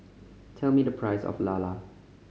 tell me the price of lala